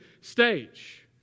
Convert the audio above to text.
stage